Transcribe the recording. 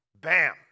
Bam